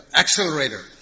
accelerator